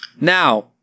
Now